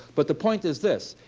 but the point is this.